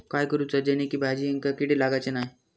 काय करूचा जेणेकी भाजायेंका किडे लागाचे नाय?